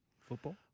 football